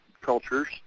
cultures